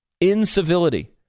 Incivility